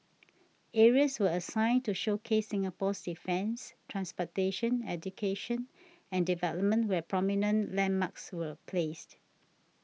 areas were assigned to showcase Singapore's defence transportation education and development where prominent landmarks were placed